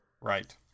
Right